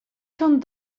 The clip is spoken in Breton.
kant